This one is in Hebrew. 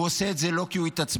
הוא עושה את זה לא כי הוא התעצבן,